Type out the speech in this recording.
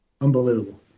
unbelievable